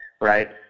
right